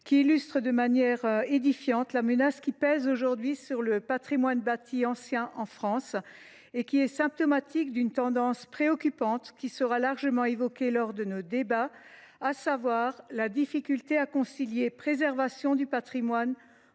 qui illustre de manière édifiante la menace qui pèse aujourd’hui sur le patrimoine bâti ancien en France. Sa situation est symptomatique d’une tendance préoccupante, qui sera largement évoquée lors de nos débats : la difficulté à concilier préservation du patrimoine,